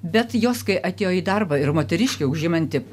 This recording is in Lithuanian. bet jos kai atėjo į darbą ir moteriškė užimanti